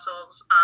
muscles